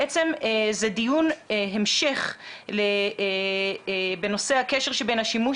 בעצם זה דיון המשך בנושא הקשר שבין השימוש